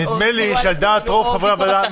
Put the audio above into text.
נדמה לי שעל דעת רוב חברי הוועדה,